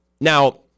Now